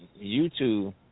youtube